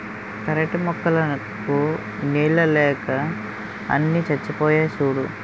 పెరటి మొక్కలకు నీళ్ళు లేక అన్నీ చచ్చిపోయాయి సూడూ